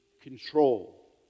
control